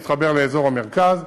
להתחבר לאזור המרכז.